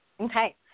Okay